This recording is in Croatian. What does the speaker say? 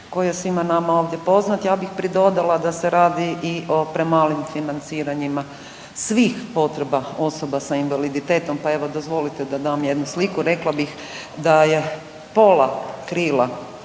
je svima nama ovdje poznat. Ja bih pridodala da se radi i o premalim financiranja svih potreba osoba sa invaliditetom pa evo, dozvolite da dam jednu sliku. Rekla bih da je pola krila